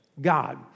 God